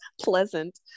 pleasant